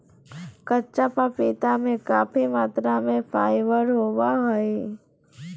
कच्चा पपीता में काफी मात्रा में फाइबर होबा हइ